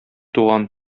туган